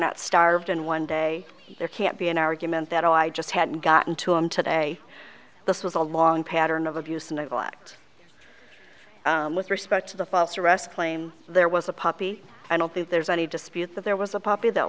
not starved and one day there can't be an argument that i just hadn't gotten to him today this was a long pattern of abuse neglect with respect to the false arrest claim there was a puppy i don't think there's any dispute that there was a puppy that